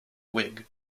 whig